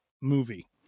movie